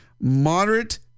moderate